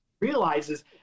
realizes